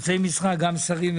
שזה גם שרים,